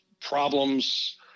problems